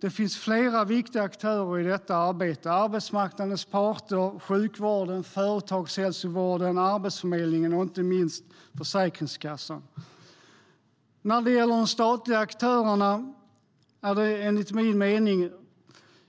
Det finns flera viktiga aktörer i detta arbete: arbetsmarknadens parter, sjukvården, företagshälsovården, Arbetsförmedlingen och inte minst Försäkringskassan.När det gäller de statliga aktörerna är det enligt min mening